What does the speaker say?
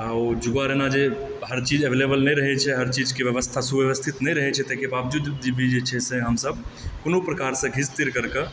आ ओ जुगाड़मे जे हर चीज एवेलेबल नहि रहए छै हर चीजके व्यवस्था सुव्यवस्थित नहि रहै छै तहिके बावजूद भी जे छै से हमसभ कोनो प्रकारसँ घीच तीर करि कऽ